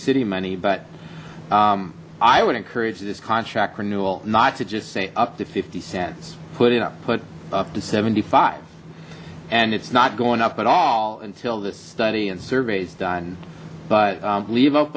city money but i would encourage this contract renewal not to just say up to fifty cents put it up put up to seventy five and it's not going up at all until this study and survey is done but leave